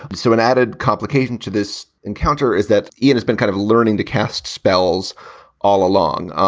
but so an added complication to this encounter is that it has been kind of learning to cast spells all along.